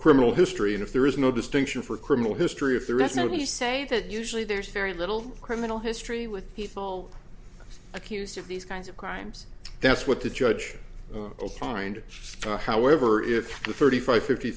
criminal history and if there is no distinction for criminal history of the rest now you say that usually there's very little criminal history with people accused of these kinds of crimes that's what the judge will find however if the thirty five fifty